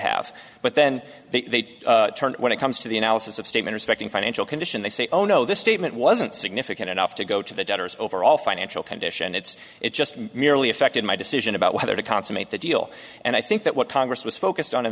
have but then they turn when it comes to the analysis of statement respecting financial condition they say oh no this statement wasn't significant enough to go to the debtors overall financial condition it's it just merely affected my decision about whether to consummate the deal and i think that what congress was focused on